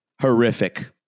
Horrific